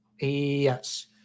yes